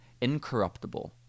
Incorruptible